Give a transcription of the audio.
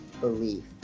belief